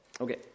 okay